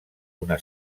una